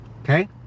okay